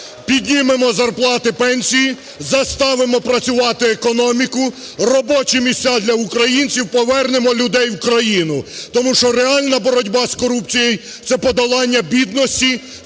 піднімемо зарплати, пенсії. Заставимо працювати економіку. Робочі місця – для українців. Повернемо людей в країну. Тому що реальна боротьба з корупцією – це подолання бідності,